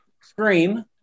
Scream